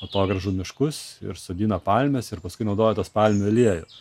atogrąžų miškus ir sodina palmes ir paskui naudoja tas palmių aliejų